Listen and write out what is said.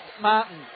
Martin